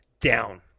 down